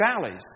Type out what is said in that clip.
valleys